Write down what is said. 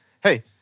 hey